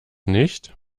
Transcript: nicht